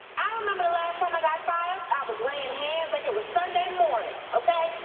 i remember the last time i got fired, i was laying hands like it was sunday morning, okay?